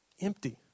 Empty